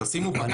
תשימו מפקח.